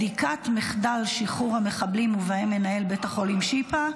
בדיקת מחדל שחרור המחבלים ובהם מנהל בית החולים שיפא,